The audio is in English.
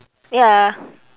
ya